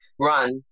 run